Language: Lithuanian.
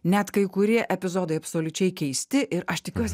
net kai kurie epizodai absoliučiai keisti ir aš tikiuosi